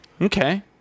okay